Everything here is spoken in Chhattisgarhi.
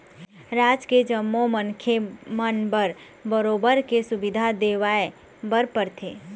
राज के जम्मो मनखे मन बर बरोबर के सुबिधा देवाय बर परथे